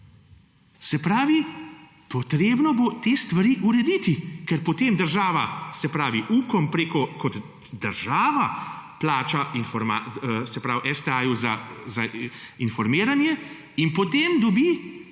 Se pravi potrebno bo te stvari urediti, ker potem država se pravi UKOM preko, kot država plača, se pravi STA-ju za informiranje in potem dobi, potem